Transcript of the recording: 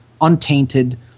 untainted